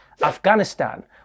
Afghanistan